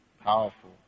Powerful